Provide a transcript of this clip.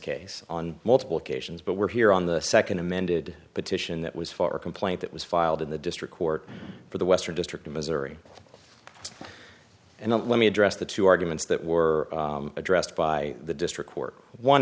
case on multiple occasions but we're here on the second amended petition that was for a complaint that was filed in the district court for the western district of missouri and let me address the two arguments that were addressed by the district court one